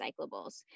recyclables